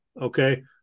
Okay